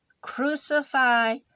Crucify